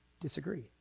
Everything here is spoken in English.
disagree